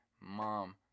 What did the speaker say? Mom